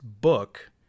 book